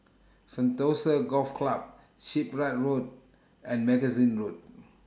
Sentosa Golf Club Shipyard Road and Magazine Road